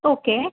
okay